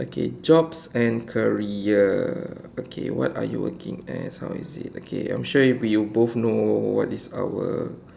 okay jobs and career okay what are you working as how is it okay I'm sure we both know what is our